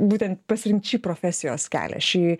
būtent pasirinkt šį profesijos kelią ši